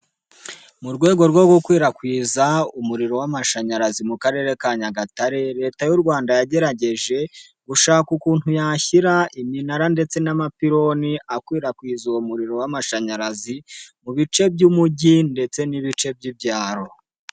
Mu rwego rwo gukwirakwiza umuriro w'amashanyarazi mu Karere ka Nyagatare, Leta y'u Rwanda yagerageje gushaka ukuntu yashyira iminara ndetse n'amapironi akwirakwiza uwo muriro w'amashanyarazi mu bice by'umugi ndetse n'ibice by'ibyaro.